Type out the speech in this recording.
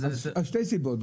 זה משתי סיבות,